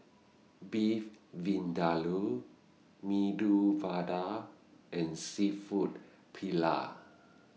Beef Vindaloo Medu Vada and Seafood Paella